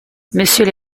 monsieur